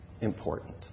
important